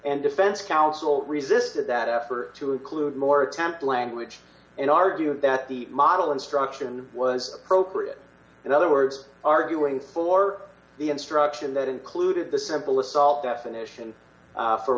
and defense counsel resisted that effort to include more attempt language and argue that the model instruction was appropriate in other words arguing for the instruction that included the simple assault definition